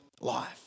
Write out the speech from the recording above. life